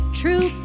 true